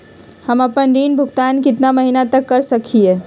हम आपन ऋण भुगतान कितना महीना तक कर सक ही?